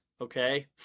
okay